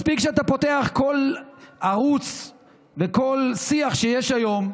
מספיק שאתה פותח כל ערוץ וכל שיח שיש היום,